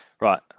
right